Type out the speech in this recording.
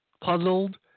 Puzzled